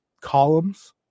columns